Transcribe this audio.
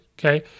Okay